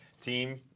team